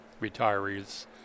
retirees